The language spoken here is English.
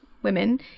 women